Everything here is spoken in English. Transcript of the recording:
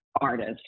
artist